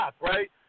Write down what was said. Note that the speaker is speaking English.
right